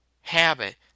habit